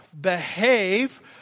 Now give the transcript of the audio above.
behave